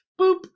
boop